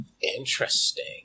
Interesting